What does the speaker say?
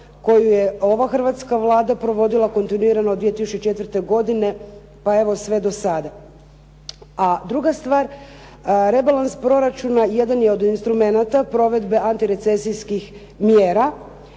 koju je ova hrvatska Vlada provodila kontinuirano od 2004. godine pa evo sve do sada. A druga stvar, rebalans proračuna jedan je od instrumenata provedbe antirecesijskih mjera,